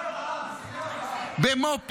במו פיך,